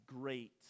great